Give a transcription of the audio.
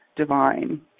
divine